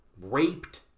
raped